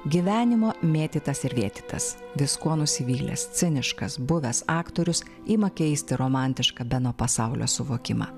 gyvenimo mėtytas ir vėtytas viskuo nusivylęs ciniškas buvęs aktorius ima keisti romantišką beno pasaulio suvokimą